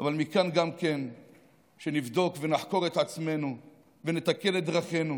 אבל מכאן גם כן שנבדוק ונחקור את עצמנו ונתקן את דרכינו,